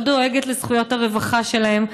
לא דואגת לזכויות הרווחה שלהם.